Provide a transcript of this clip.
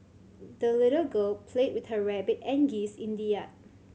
the little girl played with her rabbit and geese in the yard